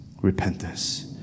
repentance